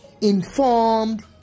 Informed